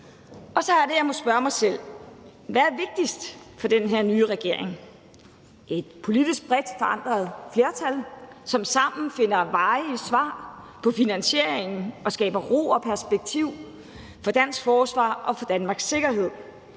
Så er det, jeg må spørge mig selv: Hvad er vigtigst for den her nye regering – et politisk bredt forankret flertal, som sammen finder varige svar på finansieringen og skaber ro og perspektiv for dansk forsvar og for Danmarks sikkerhed,